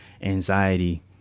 anxiety